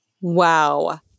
Wow